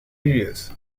areas